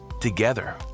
together